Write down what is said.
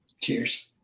cheers